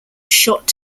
shot